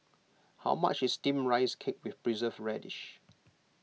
how much is Steamed Rice Cake with Preserved Radish